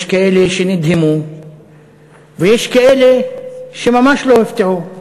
יש כאלה שנדהמו ויש כאלה שממש לא הופתעו.